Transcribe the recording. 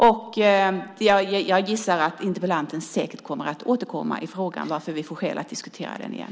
Jag tror säkert att interpellanten kommer att återkomma i frågan, varför vi får skäl att diskutera den igen.